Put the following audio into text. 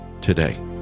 Today